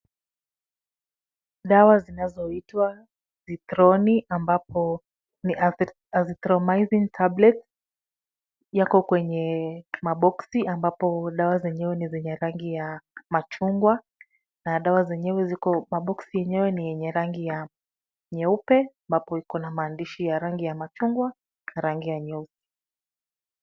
Dawa zinazoitwa Zithroni ambapo ni azithromycin tablets , yako kwenye maboksi ambapo dawa zenyewe ni zenye rangi ya machungwa. Na dawa zenyewe ziko maboksi yenyewe ni yenye rangi ya nyeupe. Ambapo iko na maandishi ya rangi ya machungwa na rangi ya nyeusi.